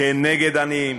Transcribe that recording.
כנגד עניים,